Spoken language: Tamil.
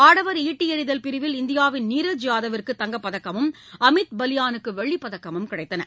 ஆடவர் ஈட்டி எறிதல் பிரிவில் இந்தியாவின் நீரஜ் யாதவிற்கு தங்கப் பதக்கமும் அமித் பலியானுக்கு வெள்ளிப் பதக்கமும் கிடைத்தன